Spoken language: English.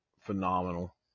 phenomenal